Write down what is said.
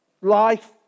life